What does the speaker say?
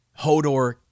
Hodor